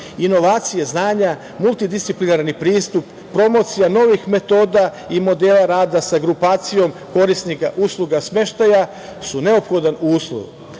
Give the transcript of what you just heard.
inovacije znanja, multidisciplinarni pristup, promocija novih metoda i modela rada sa grupacijom korisnika usluga smeštaja su neophodan uslov.